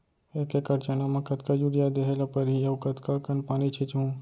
एक एकड़ चना म कतका यूरिया देहे ल परहि अऊ कतका कन पानी छींचहुं?